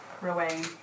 Rowan